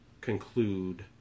conclude